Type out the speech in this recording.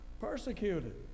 Persecuted